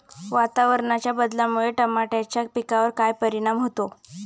वातावरणाच्या बदलामुळे टमाट्याच्या पिकावर काय परिणाम होतो?